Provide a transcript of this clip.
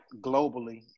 globally